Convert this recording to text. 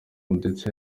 ndetse